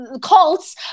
cults